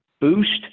boost